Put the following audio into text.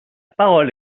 parole